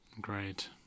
Great